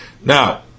Now